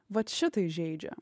vat šitai žeidžia